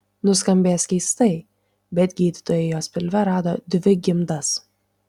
nuskambės keistai bet gydytojai jos pilve rado dvi gimdas